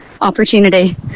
opportunity